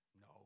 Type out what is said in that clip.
No